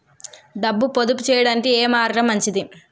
డబ్బు పొదుపు చేయటానికి ఏ మార్గం మంచిది?